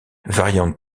variante